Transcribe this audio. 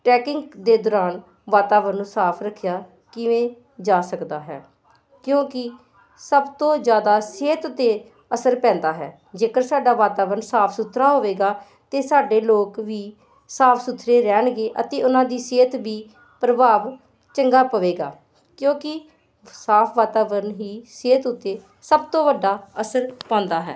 trekking ਦੇ ਦੌਰਾਨ ਵਾਤਾਵਰਨ ਨੂੰ ਸਾਫ ਰੱਖਿਆ ਕਿਵੇਂ ਜਾ ਸਕਦਾ ਹੈ ਕਿਉਂਕਿ ਸਭ ਤੋਂ ਜ਼ਿਆਦਾ ਸਿਹਤ 'ਤੇ ਅਸਰ ਪੈਂਦਾ ਹੈ ਜੇਕਰ ਸਾਡਾ ਵਾਤਾਵਰਨ ਸਾਫ ਸੁਥਰਾ ਹੋਵੇਗਾ ਅਤੇ ਸਾਡੇ ਲੋਕ ਵੀ ਸਾਫ ਸੁਥਰੇ ਰਹਿਣਗੇ ਅਤੇ ਉਹਨਾਂ ਦੀ ਸਿਹਤ ਵੀ ਪ੍ਰਭਾਵ ਚੰਗਾ ਪਵੇਗਾ ਕਿਉਂਕਿ ਸਾਫ ਵਾਤਾਵਰਨ ਹੀ ਸਿਹਤ ਉੱਤੇ ਸਭ ਤੋਂ ਵੱਡਾ ਅਸਰ ਪਾਉਂਦਾ ਹੈ